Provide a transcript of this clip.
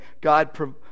God